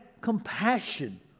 compassion